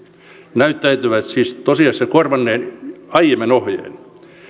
näyttäisivät siten tosiasiassa korvanneen aiemman ohjeen